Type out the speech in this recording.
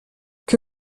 que